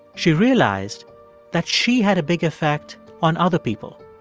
she realized that she had a big effect on other people.